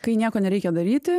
kai nieko nereikia daryti